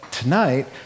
Tonight